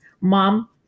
mom